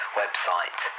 website